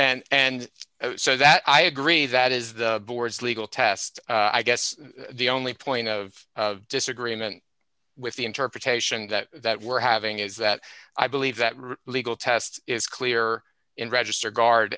and and so that i agree that is the board's legal test i guess the only point of disagreement with the interpretation that that we're having is that i believe that real legal test is clear in register guard